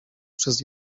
przez